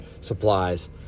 supplies